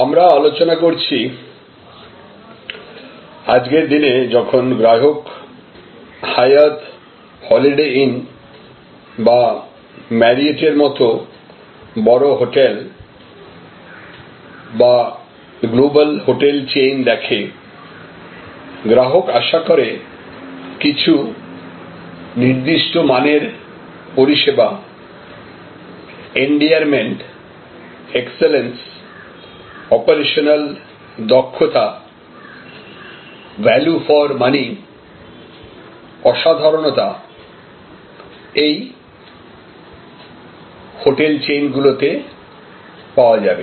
আমরা আলোচনা করছি আজকের দিনে যখন গ্রাহক হায়াত হলিডে ইণ বা ম্যারিয়ট এর মত বড় হোটেল বা গ্লোবাল হোটেল চেইন দেখে গ্রাহক আশা করে কিছু নির্দিষ্ট মানের পরিষেবা এন্ডিয়ারমেন্টে এক্সেলেন্স অপারেশনাল দক্ষতা ভ্যালু ফর মানি অসাধারণতা এই হোটেল চেইন গুলোতে পাওয়া যাবে